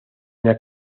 una